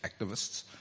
activists